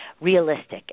realistic